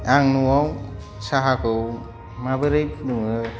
आं न'आव साहाखौ माबोरै फुदुङो